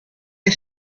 est